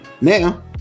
Now